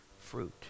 fruit